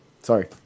sorry